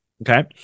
okay